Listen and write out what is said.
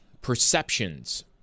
perceptions